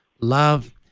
love